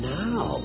now